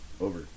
over